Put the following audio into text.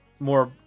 More